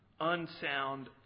Unsound